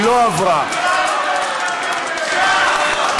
התשע"ה 2015,